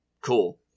cool